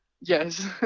yes